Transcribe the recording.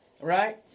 Right